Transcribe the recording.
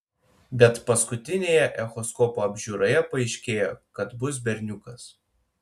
bet paskutinėje echoskopo apžiūroje paaiškėjo kad bus berniukas